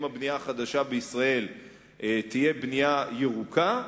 אם הבנייה החדשה בישראל תהיה בנייה ירוקה,